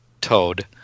Toad